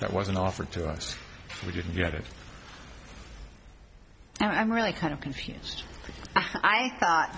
that wasn't offered to us if we didn't get it and i'm really kind of confused i thought